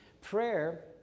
prayer